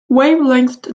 wavelengths